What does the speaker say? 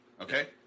Okay